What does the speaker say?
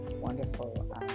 wonderful